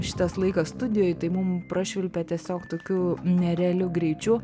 šitas laikas studijoj tai mum prašvilpė tiesiog tokiu nerealiu greičiu